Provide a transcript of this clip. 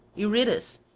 eurytus,